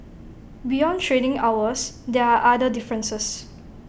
beyond trading hours there are other differences